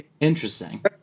Interesting